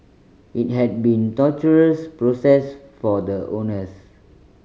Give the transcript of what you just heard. it had been torturous process for the owners